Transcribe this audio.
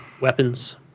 weapons